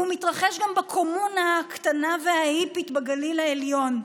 הוא מתרחש גם בקומונה הקטנה וההיפית בגליל העליון.